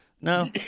no